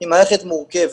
היא מערכת מורכבת.